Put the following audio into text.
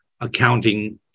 accounting